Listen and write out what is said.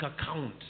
account